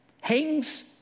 hangs